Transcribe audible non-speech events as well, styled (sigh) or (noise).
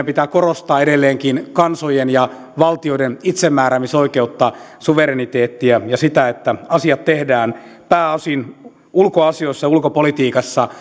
(unintelligible) pitää korostaa edelleenkin kansojen ja valtioiden itsemääräämisoikeutta suvereniteettia ja sitä että asiat tehdään ulkoasioissa ja ulkopolitiikassa (unintelligible)